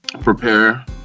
prepare